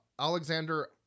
Alexander